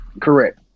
Correct